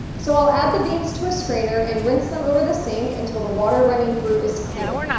so, i'll add the beans to a strainer and rinse them over the sink until the water running through is clear.